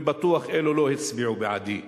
ובטוח אלו לא הצביעו בעדי,